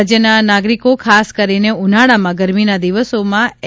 રાજ્યના નાગરિકો ખાસ કરીને ઉનાળામાં ગરમીના દિવસોમાં એ